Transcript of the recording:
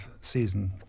season